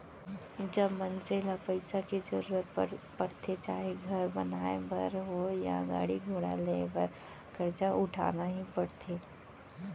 जब मनसे ल पइसा के जरुरत परथे चाहे घर बनाए बर होवय या गाड़ी घोड़ा लेय बर होवय करजा उठाना ही परथे